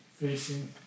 facing